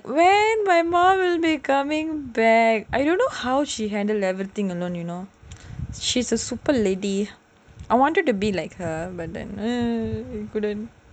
when my mom will be coming back I don't know how she handle everything alone you know she's a super lady I wanted to be like her but then I couldn't